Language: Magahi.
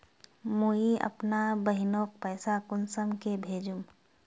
मुई अपना बहिनोक पैसा कुंसम के भेजुम?